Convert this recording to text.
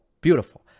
beautiful